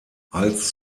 als